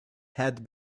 had